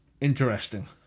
interesting